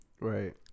Right